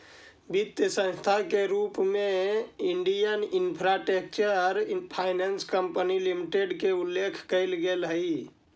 वित्तीय संस्था के रूप में Indian Infrastructure Finance Company Limited के उल्लेख कैल गेले हइ